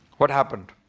what happened?